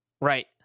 right